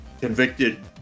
Convicted